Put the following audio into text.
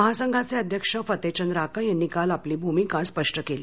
महासंघाचे अध्यक्ष फते चद राका यांनी काल आपली भूमिका स्पष्ट केली